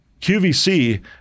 QVC